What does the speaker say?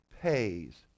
pays